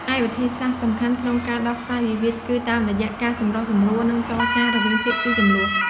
ឯវិធីសាស្ត្រសំខាន់ក្នុងការដោះស្រាយវិវាទគឺតាមរយៈ ការសម្រុះសម្រួល និងចរចា រវាងភាគីជម្លោះ។